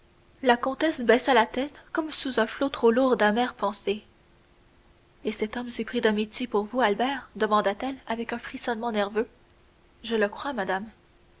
la comtesse baissa la tête comme sous un flot trop lourd d'amères pensées et cet homme s'est pris d'amitié pour vous albert demanda-t-elle avec un frissonnement nerveux je le crois madame